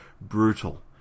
brutal